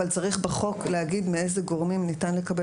אבל צריך להגיד בחוק מאיזה גורמים ניתן לקבל